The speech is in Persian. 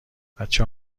بچه